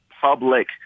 public